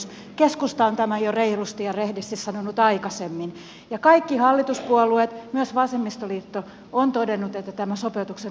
keskusta on tämän reilusti ja rehdisti sanonut jo aikaisemmin ja kaikki hallituspuolueet myös vasemmistoliitto ovat todenneet että tämä sopeutuksen taso on oikea